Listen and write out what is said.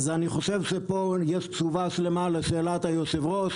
אז אני חושב שפה יש תשובה שלמה לשאלת היושב-ראש